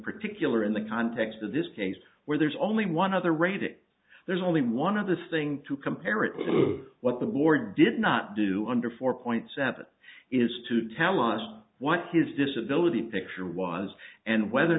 particular in the context of this case where there's only one other raid there's only one other thing to compare it to what the warrior did not do under four point seven is to tell us what his disability picture was and whether or